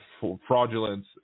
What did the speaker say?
fraudulence